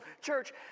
church